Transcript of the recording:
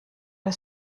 der